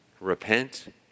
Repent